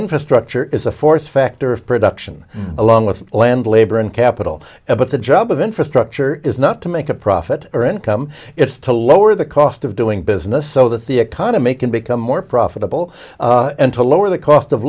infrastructure is a fourth factor of production along with land labor and capital but the job of infrastructure is not to make a profit or income it's to lower the cost of doing business so that the economy can become more profitable and to lower the cost of